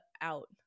out